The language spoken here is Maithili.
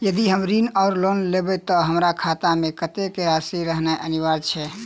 यदि हम ऋण वा लोन लेबै तऽ हमरा खाता मे कत्तेक राशि रहनैय अनिवार्य छैक?